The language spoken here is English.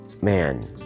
Man